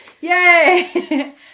Yay